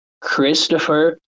Christopher